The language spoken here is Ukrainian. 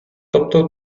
тобто